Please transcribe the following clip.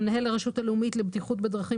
למנהל הרשות הלאומית לבטיחות בדרכים